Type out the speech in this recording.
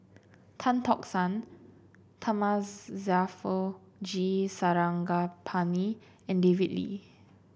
Tan Tock San G Sarangapani and David Lee